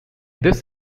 this